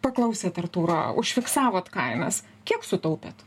paklausėt artūro užfiksavot kainas kiek sutaupėt